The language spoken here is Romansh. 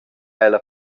ella